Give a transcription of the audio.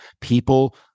people